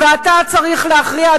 ואתה צריך להכריע,